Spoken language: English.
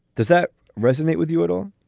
does that resonate with you at all?